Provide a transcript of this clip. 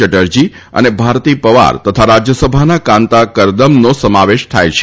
ચટરજી અને ભારતી પવાર તથા રાજ્યસભાના કાંતા કરદમનો સમાવેશ થાય છે